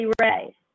Ray